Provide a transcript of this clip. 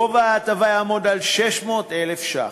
גובה ההטבה יעמוד על 600,000 ש"ח.